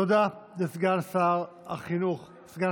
תודה לסגן שרת החינוך.